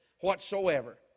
whatsoever